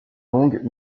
longues